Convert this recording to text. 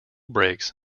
brakes